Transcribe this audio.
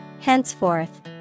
Henceforth